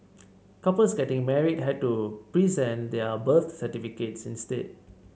couples getting married had to present their birth certificates instead